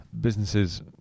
businesses